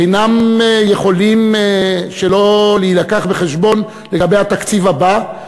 אינן יכולות שלא להיות מובאות בחשבון לגבי התקציב הבא,